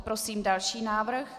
Prosím další návrh.